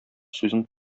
сүзең